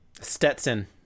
Stetson